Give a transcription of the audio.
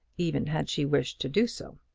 even had she wished to do so.